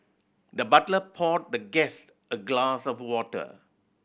the butler poured the guest a glass of water